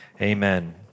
Amen